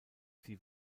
sie